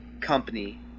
company